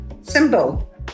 symbol